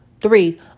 Three